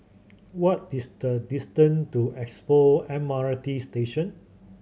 what is the distant to Expo M R T Station